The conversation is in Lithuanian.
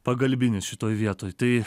pagalbinis šitoj vietoj tai